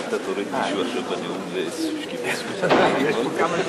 אדוני היושב-ראש, חברי חברי